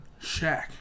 Shaq